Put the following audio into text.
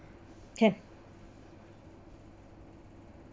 can